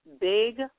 Big